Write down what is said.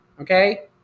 okay